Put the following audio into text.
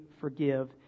forgive